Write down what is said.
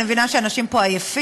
אני מבינה שאנשים פה עייפים,